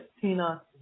Tina